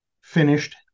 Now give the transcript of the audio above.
finished